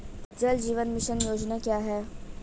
जल जीवन मिशन योजना क्या है?